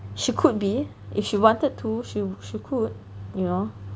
she could be if she wanted to she she could you know